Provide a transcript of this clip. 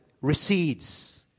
recedes